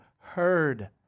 heard